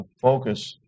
focus